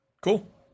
Cool